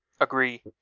Agree